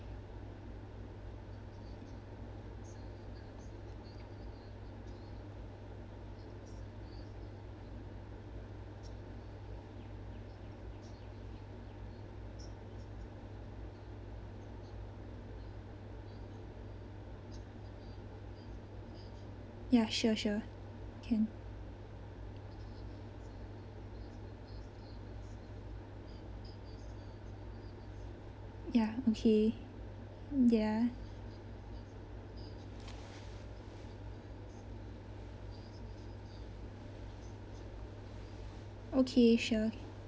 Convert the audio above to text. ya sure sure can ya okay ya okay sure